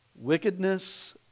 wickedness